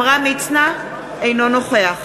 אינו נוכח